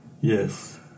Yes